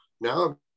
now